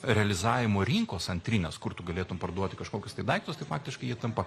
realizavimo rinkos antrinės kur tu galėtum parduoti kažkokius tai daiktus tai faktiškai jie tampa